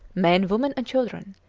men, women, and children,